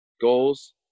goals